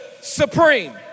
supreme